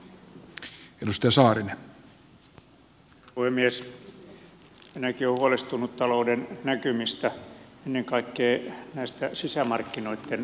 minäkin olen huolestunut talouden näkymistä ennen kaikkea sisämarkkinoitten jäähtymisestä